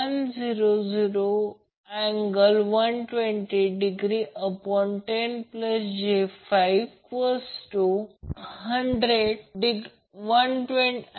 म्हणून जे काही करंट येथे वाहतील ते जवळजवळ तेवढेच करंट येथे वाहतील परंतु तरीही